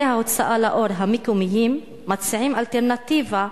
בתי-ההוצאה לאור המקומיים מציעים אלטרנטיבה,